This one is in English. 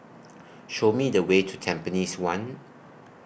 Show Me The Way to Tampines one